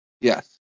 yes